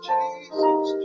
Jesus